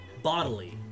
bodily